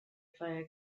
feier